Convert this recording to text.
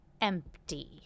empty